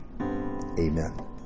Amen